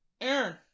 Aaron